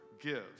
gives